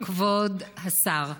כבוד השר,